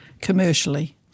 commercially